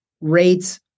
rates